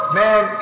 man